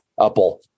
Apple